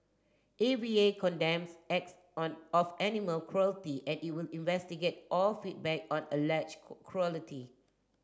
A V A condemns acts on of animal cruelty and will investigate all feedback on alleged quality